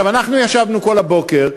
אנחנו ישבנו כל הבוקר,